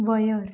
वयर